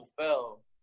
fell